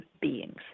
beings